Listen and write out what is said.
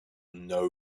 know